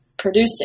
producing